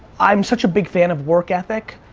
i'm such a big fan of work ethic,